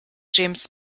james